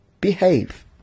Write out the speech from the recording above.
Behave